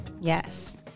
yes